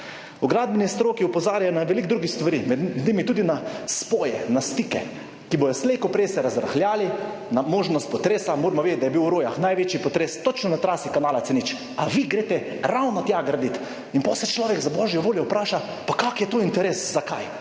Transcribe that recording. V gradbeni stroki opozarjajo na veliko drugih stvari, med njimi tudi na spoje, na stike, ki bodo slej ko prej se razrahljali, na možnost potresa, moramo vedeti, da je bil v Rojah največji potres točno na trasi kanala C0, a vi greste ravno tja graditi in potem se človek za božjo voljo vpraša, pa kakšen je tu interes, zakaj,